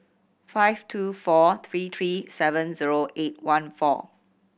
five two four three three seven zero eight one four